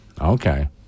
Okay